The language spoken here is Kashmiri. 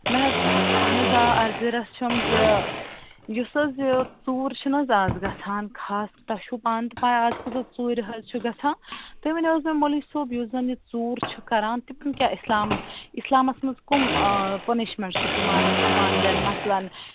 مےٚ حظ اَہَن حظ آ عرضہٕ رژھ چھَم زِ یُس حظ یہِ ژوٗر چھِنہٕ حظ اَز گژھان خاص تۄہہِ چھُو پانہٕ تہِ پےَ اَز کۭژاہ ژوٗرِ حظ چھِ گَژھان تُہۍ ؤنِو حظ مےٚ مولوی صٲب یُس زَن یہِ ژوٗر چھُ کَران تِمَن کیٛاہ اِسلام اِسلامَس منٛز کٔم پُنِشمٮ۪نٛٹ چھِ تِمَن یِوان دِنہٕ مَثلَن